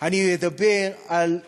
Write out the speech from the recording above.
אני מדבר על זה